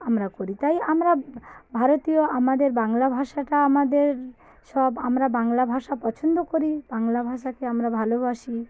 আমরা করি তাই আমরা ভারতীয় আমাদের বাংলা ভাষাটা আমাদের সব আমরা বাংলা ভাষা পছন্দ করি বাংলা ভাষাকে আমরা ভালোবাসি